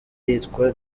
yitwa